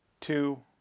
two